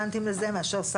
יש לא מעט כאלה.